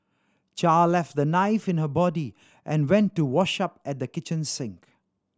Char left the knife in her body and went to wash up at the kitchen sink